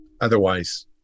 Otherwise